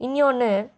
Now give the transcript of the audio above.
இன்னயோன்னு